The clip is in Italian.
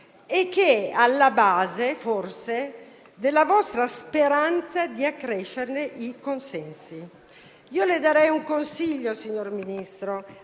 e che alla base, forse, ci sia la vostra speranza di accrescere i consensi. Le darei un consiglio, signor Ministro,